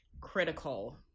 critical